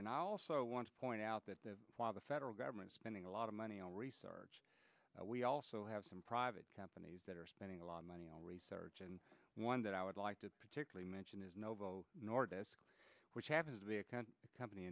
and i also want to point out that while the federal government spending a lot of money on research we also have some private companies that are spending a lot of money on research and one that i would like to particularly mention is novo nordisk which happens to be a cunt company